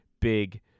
big